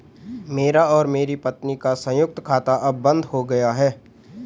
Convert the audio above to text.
मेरा और मेरी पत्नी का संयुक्त खाता अब बंद हो गया है